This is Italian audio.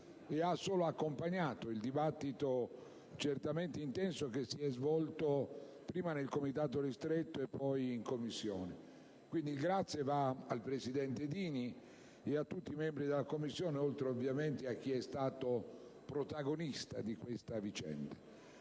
e ha solo accompagnato il dibattito, certamente intenso, che si è svolto prima nel Comitato ristretto e poi in Commissione. Il ringraziamento va quindi al presidente Dini e a tutti i membri della Commissione, oltre ovviamente a chi è stato protagonista di questa vicenda.